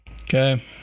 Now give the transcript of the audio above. Okay